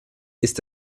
ist